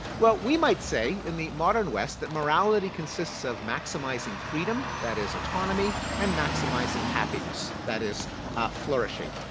well we might say in the modern west that morality consists of maximizing freedom, that is autonomy and maximizing happiness, that is flourishing.